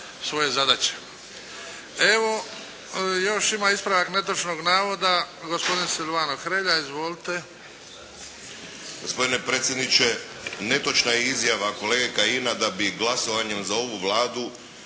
svoje zadaće. Evo, još ima ispravak netočnog navoda gospodin Silvano Hrelja. Izvolite! **Hrelja, Silvano (HSU)** Gospodine predsjedniče! Netočna je izjava kolege Kajina da bi glasovanjem za ovu Vladu